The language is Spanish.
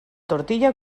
tortilla